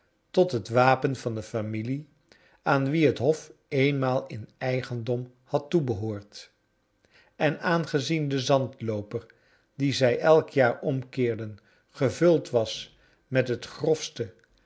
tot het wapen van de familie aan wie het hof eenmaal in eigendom had toebehoord en aangezien de zandlooper dien zij elk jaar omkeerden gevuld was met het grofste